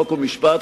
חוק ומשפט,